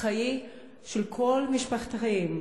חיי כל משפחתם.